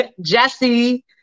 Jesse